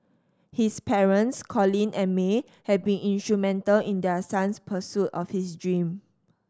his parents Colin and May have been instrumental in their son's pursuit of his dream